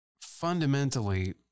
fundamentally